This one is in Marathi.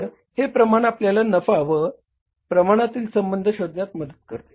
तर हे प्रमाण आपल्याला नफा व प्रमाणातील संबंध शोधण्यात मदत करते